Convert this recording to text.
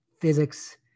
physics